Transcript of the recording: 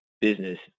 business